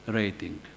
rating